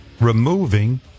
removing